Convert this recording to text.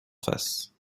face